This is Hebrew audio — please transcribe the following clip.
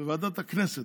וועדת הכנסת.